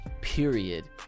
Period